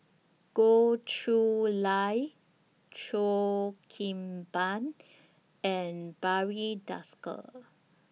Goh Chiew Lye Cheo Kim Ban and Barry Desker